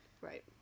right